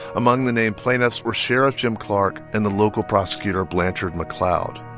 among the named plaintiffs were sheriff jim clark and the local prosecutor blanchard mcleod.